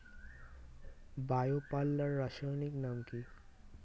Bio পাল্লার রাসায়নিক নাম কি?